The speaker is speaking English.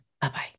Bye-bye